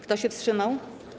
Kto się wstrzymał?